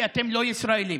כי אתם לא ישראלים,